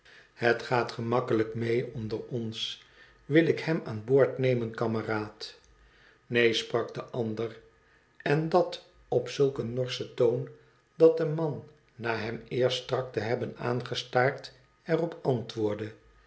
het gaat gemakkelijk mee onder ons wil ik hem aan boord nemen kameraad neen sprak de ander en dat op zulk een norschen toon dat de man na hem eerst strak te hebben aangestaard er op antwoordde